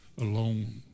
alone